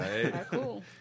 cool